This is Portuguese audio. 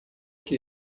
que